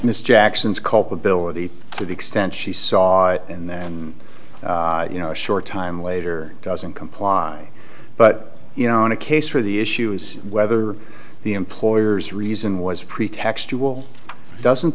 miss jackson's culpability to the extent she saw in that and you know a short time later doesn't comply but you know in a case where the issue is whether the employer's reason was pretextual doesn't